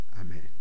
Amen